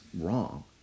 wrong